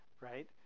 right